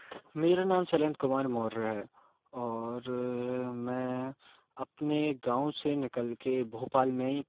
मेरा नाम शैलेंद्र कुमार मौर्य है और मैं अपने गाँव से निकल के भोपाल में ही